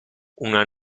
una